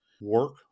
work